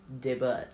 Debut